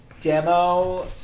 demo